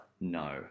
no